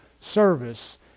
service